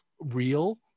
real